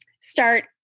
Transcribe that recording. start